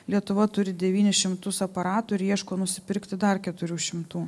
lietuva turi devynis šimtus aparatų ir ieško nusipirkti dar keturių šimtų